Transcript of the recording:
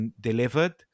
delivered